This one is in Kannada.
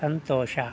ಸಂತೋಷ